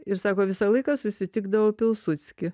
ir sako visą laiką susitikdavau pilsudskį